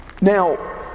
now